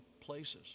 places